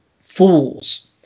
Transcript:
fools